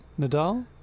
Nadal